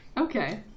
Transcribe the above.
Okay